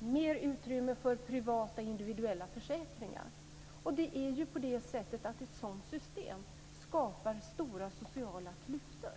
och mer utrymme för privata, individuella försäkringar. Det är ju så att ett sådant system skapar stora sociala klyftor.